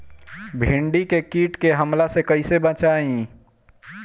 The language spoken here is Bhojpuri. भींडी के कीट के हमला से कइसे बचाई?